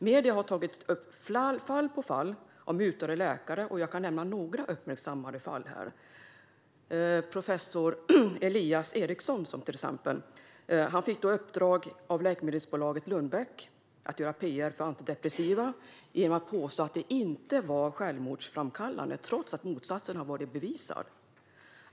Medierna har tagit upp fall på fall av mutade läkare, och jag kan nämna några uppmärksammade fall. Professor Elias Eriksson fick i uppdrag av läkemedelsbolaget Lundbeck att göra pr för antidepressiva läkemedel genom att påstå att de inte var självmordsframkallande, trots att motsatsen var bevisad.